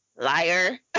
Liar